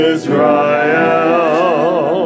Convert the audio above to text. Israel